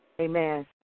Amen